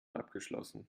abgeschlossen